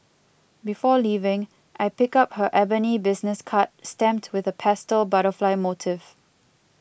before leaving I pick up her ebony business card stamped with a pastel butterfly motif